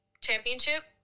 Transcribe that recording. Championship